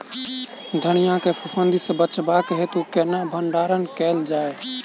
धनिया केँ फफूंदी सऽ बचेबाक हेतु केना भण्डारण कैल जाए?